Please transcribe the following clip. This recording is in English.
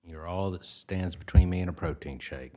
you're all the stands between me and a protein shake